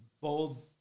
bold